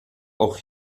auch